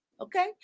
Okay